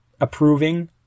approving